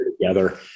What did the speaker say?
together